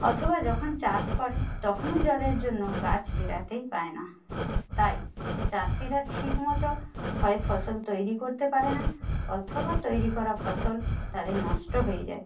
অথবা যখন চাষ করে তখনও জলের জন্য গাছ বেরাতেই পায় না তাই চাষিরা ঠিক মতো হয় ফসল তৈরি করতে পারে না অথবা তৈরি করা ফসল তাদের নষ্ট হয়ে যায়